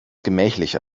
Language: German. gemächlicher